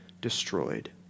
destroyed